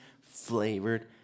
flavored